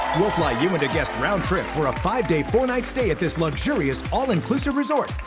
we'll fly you and a guest roundtrip for a five-day, four-night stay at this luxurious, all-inclusive resort.